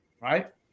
right